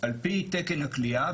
על פי תקן הכליאה,